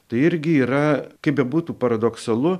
tai irgi yra kaip bebūtų paradoksalu